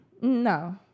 No